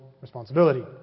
responsibility